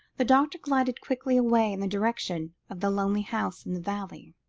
the doctor glided quickly away in the direction of the lonely house in the valley.